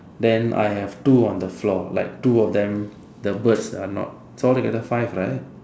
then I have two on the floor like two of them the birds are not so altogether five right